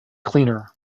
cleaner